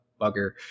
bugger